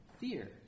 Fear